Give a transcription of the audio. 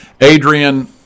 Adrian